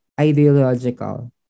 ideological